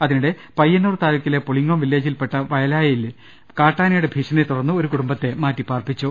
അതിനിടെ പയ്യന്നൂർ താലൂക്കിലെ പുളിങ്ങോം വില്ലേ ജിൽപ്പെട്ട വയലായിയിൽ കാട്ടാനയുടെ ഭീഷണിയെത്തുടർന്ന് ഒരു കുടംബത്തെ മാറ്റിപ്പാർപ്പിച്ചു